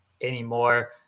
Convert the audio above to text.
anymore